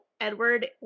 Edward